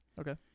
Okay